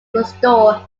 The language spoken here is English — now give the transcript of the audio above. restore